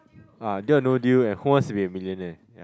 ah deal or no deal and who wants to be a millionaire